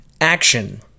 Action